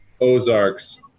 Ozarks